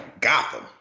Gotham